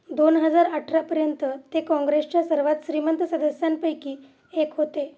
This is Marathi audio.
दोन हजार अठरापर्यंत ते काँग्रेसच्या सर्वात श्रीमंत सदस्यांपैकी एक होते